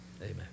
Amen